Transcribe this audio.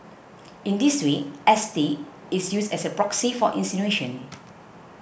in this way S T is used as a proxy for insinuation